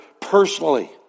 personally